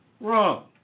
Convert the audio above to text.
Wrong